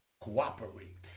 cooperate